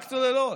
רק צוללות.